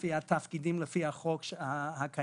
לפי התפקידים ולפי החוק הקיים.